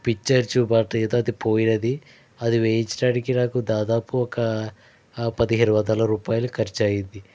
picture చెప్పేది అది పోయేది అది వేయించడానికి నాకు దాదాపు ఒక పదిహేను వందల రూపాయలు ఖర్చు అయ్యింది